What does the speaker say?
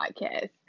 podcast